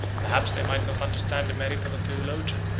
perhaps they might not understand the merit of a theologian,